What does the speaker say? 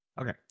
Okay